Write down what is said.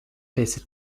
visit